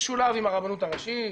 משולב עם הרבנות הראשית,